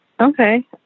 Okay